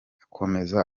akomeza